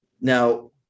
Now